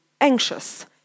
anxious